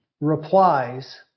replies